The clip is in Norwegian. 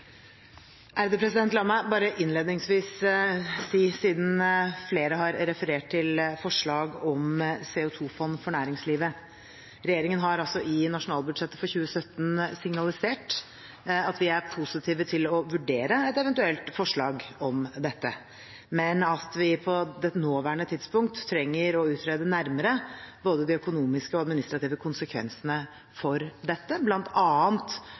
for næringslivet: Regjeringen har i nasjonalbudsjettet for 2017 signalisert at vi er positive til å vurdere et eventuelt forslag om dette, men at vi på det nåværende tidspunkt trenger å utrede nærmere både de økonomiske og de administrative konsekvensene av dette,